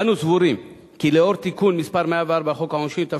אנו סבורים כי לאור תיקון מס' 104 לחוק העונשין,